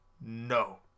no